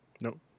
Nope